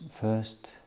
first